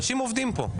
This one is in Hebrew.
אנשים עובדים פה.